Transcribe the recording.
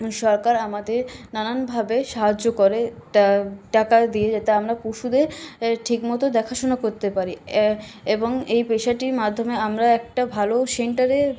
সরকার আমাদের নানানভাবে সাহায্য করে টাকা দিয়ে যাতে আমরা পশুদের এ ঠিক মতো দেখা শোনা করতে পারি এবং এই পেশাটির মাধ্যমে আমরা একটা ভালো সেন্টারে